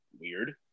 weird